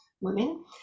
women